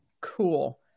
cool